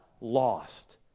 lost